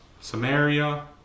Samaria